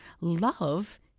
love